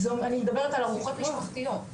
אני מדברת על ארוחות משפחתיות,